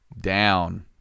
Down